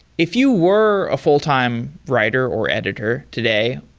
if you were a fulltime writer or editor today,